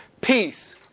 Peace